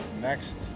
next